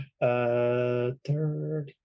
third